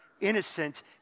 innocent